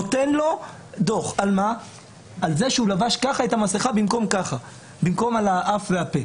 נותן לו דוח על זה שהוא שם את המסכה על הסנטר במקום על האף והפה?